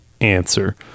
answer